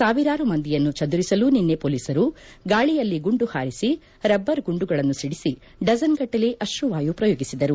ಸಾವಿರಾರು ಮಂದಿಯನ್ನು ಚದುರಿಸಲು ನಿನ್ನೆ ಮೊಲೀಸರು ಗಾಳಿಯಲ್ಲಿ ಗುಂಡು ಹಾರಿಸಿ ರಬ್ಬರ್ ಗುಂಡುಗಳನ್ನು ಸಿಡಿಸಿ ಡಜನ್ ಗಟ್ಟಲೇ ಅಶುವಾಯು ಫ್ರಯೋಗಿಸಿದರು